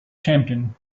champion